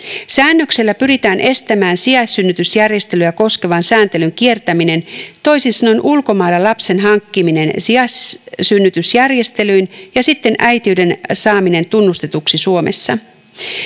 säännöksellä pyritään estämään sijaissynnytysjärjestelyä koskevan sääntelyn kiertäminen toisin sanoen ulkomailla lapsen hankkiminen sijaissynnytysjärjestelyin ja sitten äitiyden saaminen tunnustetuksi suomessa